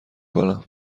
کنم